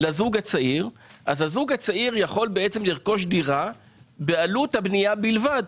הזוג הצעיר יוכל לרכוש דירה בעלות הבנייה בלבד.